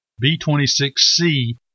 B-26C